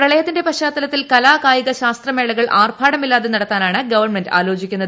പ്രളയത്തിന്റെ പശ്ചാത്തലത്തിൽ കലാ കായിക ശാസ്ത്ര മേളകൾ ആർഭാടമില്ലാതെ നടത്താനാണ് ഗവൺമെന്റ് ആലോചിക്കുന്നത്